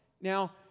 Now